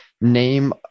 name